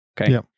okay